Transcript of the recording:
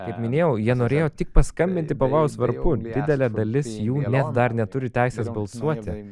kaip minėjau jie norėjo tik paskambinti pavojaus varpu didelė dalis jų net dar neturi teisės balsuoti